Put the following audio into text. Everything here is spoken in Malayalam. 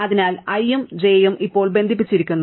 അതിനാൽ i ഉം j ഉം ഇപ്പോൾ ബന്ധിപ്പിച്ചിരിക്കുന്നു